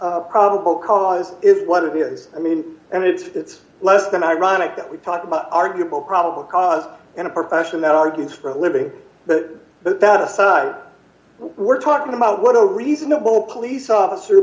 mobile probable cause is what is yes i mean and it's less than ironic that we talk about arguable probable cause in a profession that argues for a living that but that aside we're talking about what a reasonable police officer